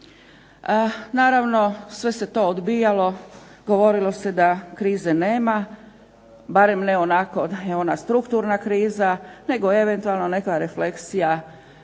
Naravno, sve se to odbijalo, govorilo se da krize nema, barem ne onako da je ona strukturna kriza, nego eventualno neka refleksija